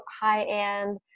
high-end